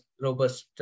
robust